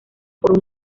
por